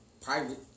private